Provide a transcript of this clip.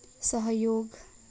सहयोग